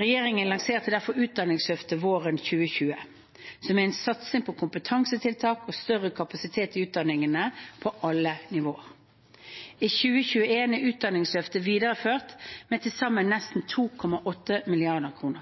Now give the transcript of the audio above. Regjeringen lanserte derfor Utdanningsløftet våren 2020, som er en satsing på kompetansetiltak og større kapasitet i utdanningene på alle nivåer. I 2021 er Utdanningsløftet videreført med til sammen nesten 2,8 mrd. kr.